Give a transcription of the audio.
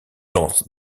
lance